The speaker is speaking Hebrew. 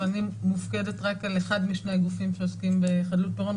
אבל אני מופקדת רק על אחד משני הגופים שעוסקים בחדלות פירעון,